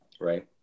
Right